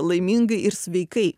laimingai ir sveikai